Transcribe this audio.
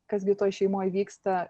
kas gi toj šeimoj vyksta